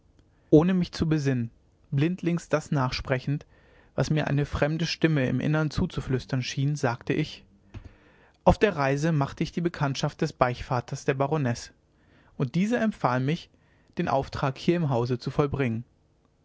ohne mich zu besinnen blindlings das nachsprechend was mir eine fremde stimme im innern zuzuflüstern schien sagte ich auf der reise machte ich die bekanntschaft des beichtvaters der baronesse und dieser empfahl mich den auftrag hier im hause zu vollbringen